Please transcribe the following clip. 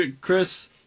Chris